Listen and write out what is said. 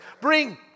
Bring